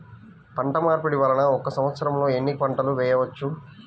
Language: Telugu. పంటమార్పిడి వలన ఒక్క సంవత్సరంలో ఎన్ని పంటలు వేయవచ్చు?